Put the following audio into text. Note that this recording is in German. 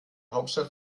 hauptstadt